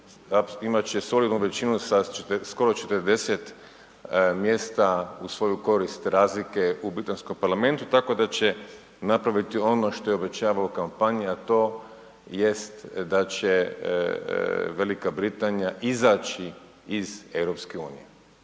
imat će jednu solidnu većinu sa skoro 40 mjesta u svoju korist razlike u Britanskom parlamentu tako da će napraviti ono što je obećavao u kampanji, a to jest da će Velika Britanije izaći iz EU.